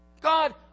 God